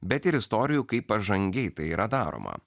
bet ir istorijų kaip pažangiai tai yra daroma